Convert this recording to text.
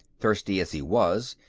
thirsty as he was,